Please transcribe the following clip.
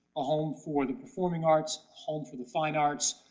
a home for the performing arts, home for the fine arts,